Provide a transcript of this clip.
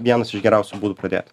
vienas iš geriausių būdų pradėt